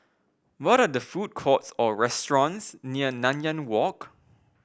what the food courts or restaurants near Nanyang Walk